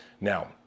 Now